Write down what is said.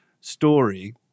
story